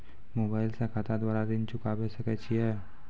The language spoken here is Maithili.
मोबाइल से खाता द्वारा ऋण चुकाबै सकय छियै?